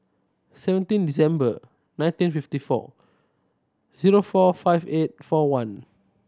seventeen December nineteen fifty four zero four five eight four one